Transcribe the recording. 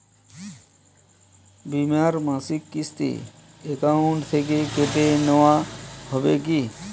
বিমার মাসিক কিস্তি অ্যাকাউন্ট থেকে কেটে নেওয়া হবে কি?